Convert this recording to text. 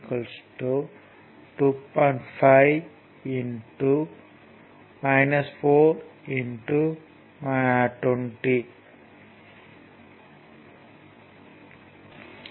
5 4 20 சமன்பாடு 2 I3 4 I1 மூலம் கிடைத்தது